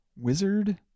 wizard